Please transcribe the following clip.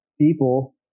people